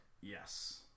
Yes